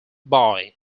boy